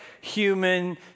human